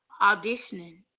auditioning